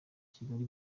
kigali